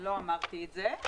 לא אמרתי את זה,